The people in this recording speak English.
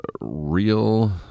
Real